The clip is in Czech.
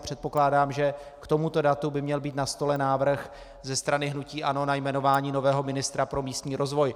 Předpokládám, že k tomuto datu by měl být na stole návrh ze strany hnutí ANO na jmenování nového ministra pro místní rozvoj.